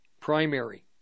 primary